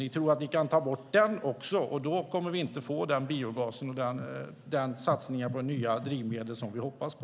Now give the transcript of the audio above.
Ni tror att ni kan ta bort den också, och då kommer vi inte att få biogasen och den satsning på nya drivmedel som vi hoppas på.